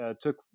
took